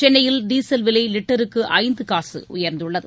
சென்னையில் டீசல் விலை லிட்டருக்கு ஐந்து காசு உயர்ந்துள்ளது